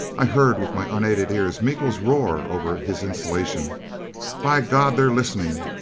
i heard with my unaided ears miko's roar over his insulation by god, they're listening!